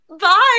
bye